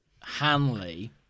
Hanley